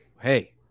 hey